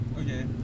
Okay